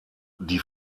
die